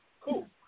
Cool